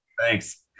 Thanks